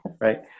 right